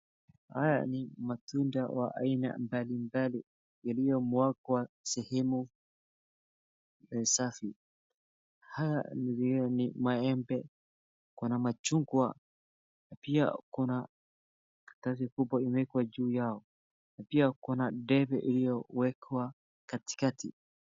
Haya ni matunda wa aina mabalimbali yaliyomwahwa sehemu ya safi. Haya nilio ni maembe, kuna machungwa pia kuna karatasi kubwa imewekwa juu yao na pia kuna njagi iliyowekwa katikati.